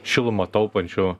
šilumą taupančių